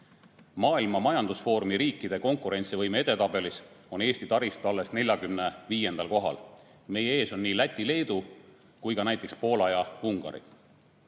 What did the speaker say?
Maailma Majandusfoorumi riikide konkurentsivõime edetabelis on Eesti taristu alles 45. kohal. Meist ees on nii Läti ja Leedu kui ka näiteks Poola ja Ungari.